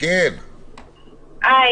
ה-